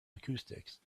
acoustics